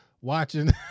watching